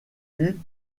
eut